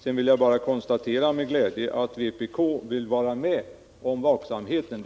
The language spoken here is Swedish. Sedan vill jag bara konstatera med glädje att vpk vill vara med om vaksamheten.